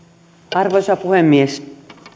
arvoisa puhemies